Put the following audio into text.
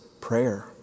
prayer